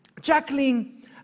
Jacqueline